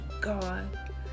God